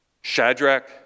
Shadrach